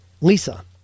Lisa